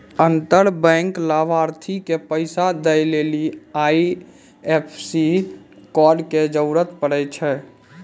अंतर बैंक लाभार्थी के पैसा दै लेली आई.एफ.एस.सी कोड के जरूरत पड़ै छै